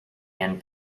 and